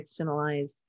fictionalized